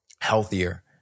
healthier